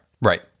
right